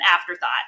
afterthought